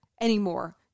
anymore